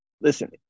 listen